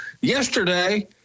Yesterday